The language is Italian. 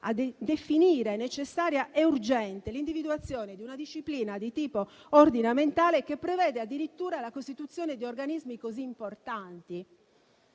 a definire necessaria e urgente l'individuazione di una disciplina di tipo ordinamentale, che prevede addirittura la costituzione di organismi così importanti.